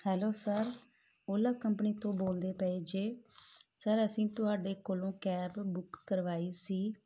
hello sir Ola company ਤੋਂ ਬੋਲਦੇ ਪਏ ਜੇ ਸਰ ਅਸੀਂ ਤੁਹਾਡੇ ਕੋਲੋਂ ਕੈਬ ਬੁੱਕ ਕਰਵਾਈ ਸੀ